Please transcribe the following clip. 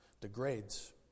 degrades